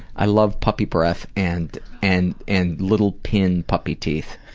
i love puppy breath and and and little pin puppy teeth.